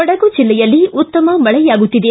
ಕೊಡಗು ಜಿಲ್ಲೆಯಲ್ಲಿ ಉತ್ತಮ ಮಳೆಯಾಗುತ್ತಿದೆ